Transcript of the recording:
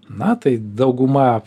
na tai dauguma